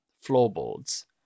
Floorboards